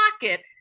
pocket